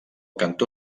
cantó